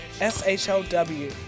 S-H-O-W